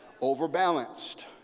Overbalanced